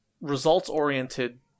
results-oriented